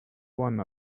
one